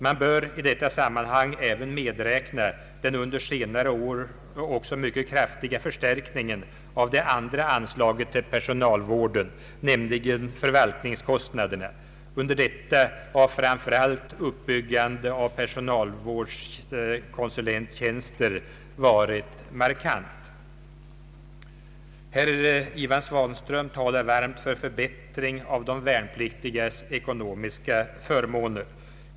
Man bör i detta sammanhang även medräkna den under senare år mycket kraftiga förstärkningen av det andra anslaget till personalvården, nämligen förvaltningskostnadsanslaget. Under detta har framför allt uppbyggandet av personalvårdskonsulenttjänster varit markant. Herr Ivan Svanström talar varmt för förbättring av de värnpliktigas ekonomiska förmåner.